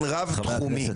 רב-תחומי.